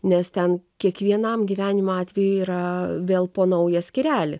nes ten kiekvienam gyvenimo atvejui yra vėl po naują skyrelį